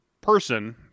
person